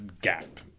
gap